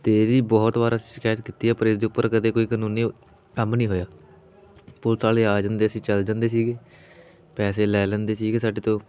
ਅਤੇ ਇਹਦੀ ਬਹੁਤ ਵਾਰ ਅਸੀਂ ਸ਼ਿਕਾਇਤ ਕੀਤੀ ਹੈ ਪਰ ਇਸ ਦੇ ਉੱਪਰ ਕਦੇ ਕੋਈ ਕਾਨੂੰਨੀ ਕੰਮ ਨਹੀਂ ਹੋਇਆ ਪੁਲਿਸ ਵਾਲੇ ਆ ਜਾਂਦੇ ਸੀ ਚਲੇ ਜਾਂਦੇ ਸੀਗੇ ਪੈਸੇ ਲੈ ਲੈਂਦੇ ਸੀਗੇ ਸਾਡੇ ਤੋਂ